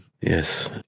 Yes